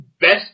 Best